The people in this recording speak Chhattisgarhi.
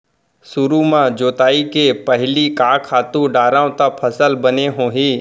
सुरु म जोताई के पहिली का खातू डारव त फसल बने होही?